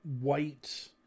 white